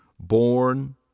born